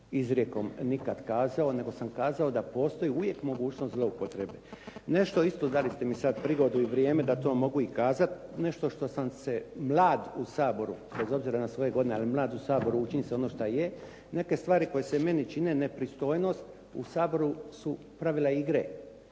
izrijekom nikad kazao, nego sam kazao da postoji uvijek mogućnost zloupotrebe. Nešto isto, dali ste mi sad prigodu i vrijeme da to mogu i kazati, nešto što sam se mlad u Saboru bez obzira na svoje godine ali mlad u Saboru, učim se ono šta je, neke stvari koje se meni čine nepristojnost u Saboru su pravila igre.